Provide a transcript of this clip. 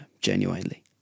genuinely